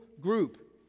group